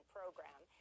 Program